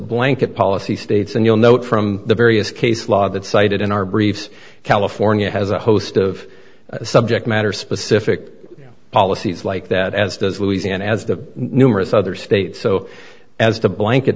blanket policy states and you'll note from the various case law that cited in our briefs california has a host of subject matter specific policies like that as does louisiana as the numerous other states so as to blanket